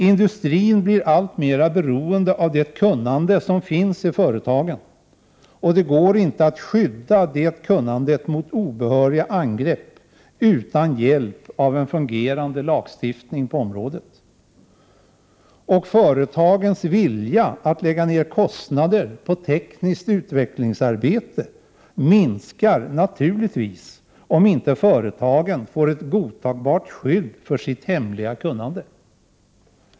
Industrin blir alltmera beroende av det kunnande som finns i företagen, och det går inte att skydda det kunnandet mot obehöriga angrepp utan hjälp av en fungerande lagstiftning på området. Och företagens vilja att lägga ner kostnader på tekniskt utvecklingsarbete minskar naturligtvis om inte företagen får ett godtagbart skydd för sitt hemliga kunnande.